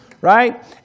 right